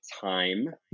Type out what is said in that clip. time